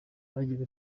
agira